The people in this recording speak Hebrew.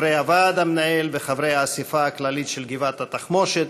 חברי הוועד המנהל וחברי האספה הכללית של גבעת התחמושת,